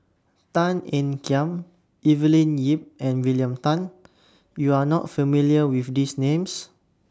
Tan Ean Kiam Evelyn Lip and William Tan YOU Are not familiar with These Names